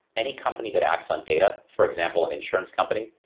any company that acts on data, for example, an insurance company,